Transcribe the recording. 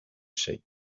shape